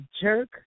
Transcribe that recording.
jerk